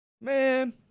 Man